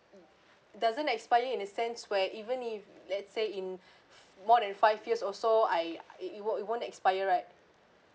doesn't expire in the sense where even if let's say in more than five years also I it won't it won't expire right